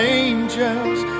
angels